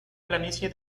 planicie